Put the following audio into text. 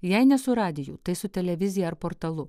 jei ne su radiju tai su televizija ar portalu